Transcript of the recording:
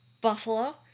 Buffalo